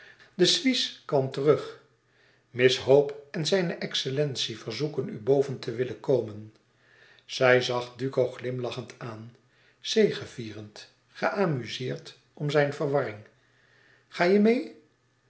suisse kwam terug miss hope en zijne excellentie verzoeken u boven te willen komen zij zag duco glimlachend aan zegevierend geamuzeerd om zijne verwarring ga je meê